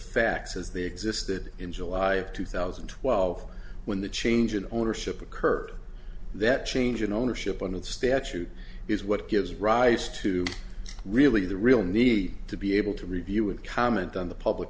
facts as they existed in july of two thousand and twelve when the change in ownership occurred that change in ownership under the statute is what gives rise to really the real need to be able to review would comment on the public